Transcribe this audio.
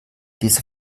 diese